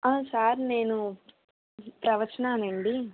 sir నేను ప్రవచనా నండి